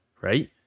right